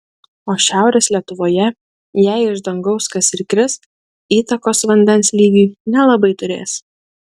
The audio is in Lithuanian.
o šiaurės lietuvoje jei iš dangaus kas ir kris įtakos vandens lygiui nelabai turės